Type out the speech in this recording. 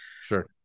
Sure